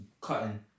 Cutting